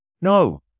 no